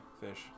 fish